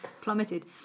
plummeted